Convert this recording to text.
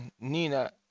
Nina